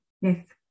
yes